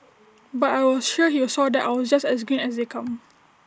but I was sure he saw that I was just as green as they come